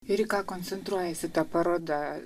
ir į ką koncentruojasi ta paroda